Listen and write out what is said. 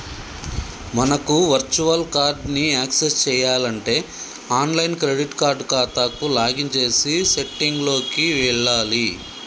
మనకు virtual card ని access చేయాలంటే ఆన్లైన్ క్రెడిట్ కార్డ్ ఖాతాకు లాగిన్ చేసి సెట్టింగ్ లోకి వెళ్లాలి